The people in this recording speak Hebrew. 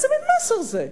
איזה מין מסר זה?